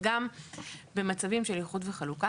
וגם במצבים של איחוד וחלוקה,